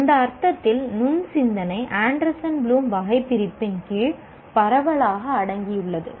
அந்த அர்த்தத்தில் நுண் சிந்தனை ஆண்டர்சன் ப்ளூம் வகைபிரிப்பின் கீழ் பரவலாக அடங்கியுள்ளது